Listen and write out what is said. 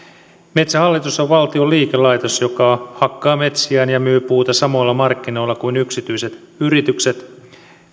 metsähallitus on valtion liikelaitos joka hakkaa metsiään ja myy puuta samoilla markkinoilla kuin yksityiset yritykset